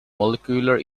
molecular